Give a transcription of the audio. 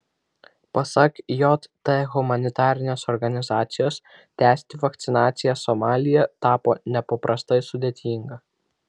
pasak jt humanitarinės organizacijos tęsti vakcinaciją somalyje tapo nepaprastai sudėtinga